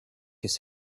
his